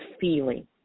feeling